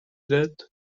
that